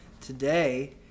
Today